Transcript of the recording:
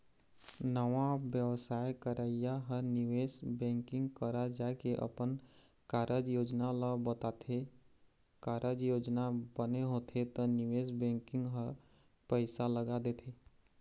नवा बेवसाय करइया ह निवेश बेंकिग करा जाके अपन कारज योजना ल बताथे, कारज योजना बने होथे त निवेश बेंकिग ह पइसा लगा देथे